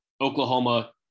Oklahoma